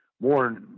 more